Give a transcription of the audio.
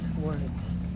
words